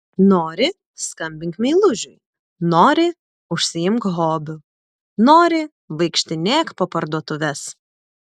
nori skambink meilužiui nori užsiimk hobiu nori vaikštinėk po parduotuves